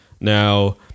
Now